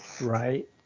right